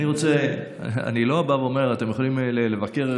אתם יכולים לבקר,